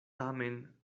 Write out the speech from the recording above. tamen